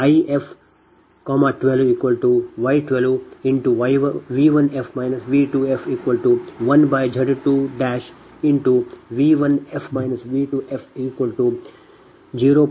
If12y12V1f V2f1Z12V1f V2f0